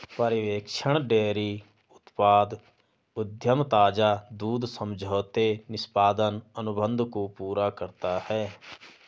पर्यवेक्षण डेयरी उत्पाद उद्यम ताजा दूध समझौते निष्पादन अनुबंध को पूरा करता है